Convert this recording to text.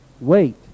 wait